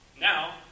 now